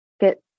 get